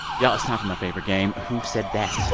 y'all, it's time for my favorite game, who said that